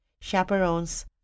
chaperones